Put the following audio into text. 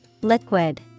Liquid